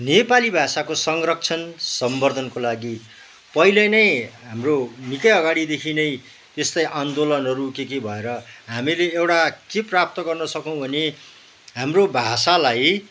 नेपाली भाषाको संरक्षण सम्बर्दनको लागि पहिले नै हाम्रो निकै अगाडि देखि नै यस्तै आन्दोलनहरू के के भएर हामीले एउटा के प्राप्त गर्न सकौँ भने हाम्रो भाषालाई